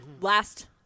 Last